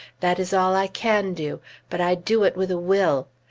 that is all i can do but i do it with a will.